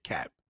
Cap